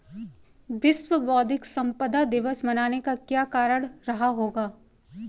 विश्व बौद्धिक संपदा दिवस मनाने का क्या कारण रहा होगा?